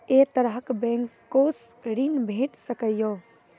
ऐ तरहक बैंकोसऽ ॠण भेट सकै ये?